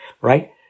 right